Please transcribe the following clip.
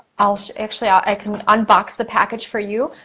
ah actually, i can unbox the package for you.